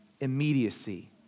immediacy